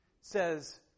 says